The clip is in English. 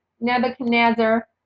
Nebuchadnezzar